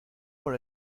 por